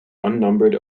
unnumbered